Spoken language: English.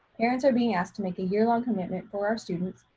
parents are being asked to make a year long commitment for our students,